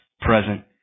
present